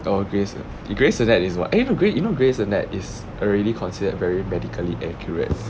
oh grey's grey's anat is what eh you know you know grey's anat is already considered very medically accurate